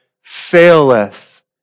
faileth